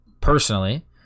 personally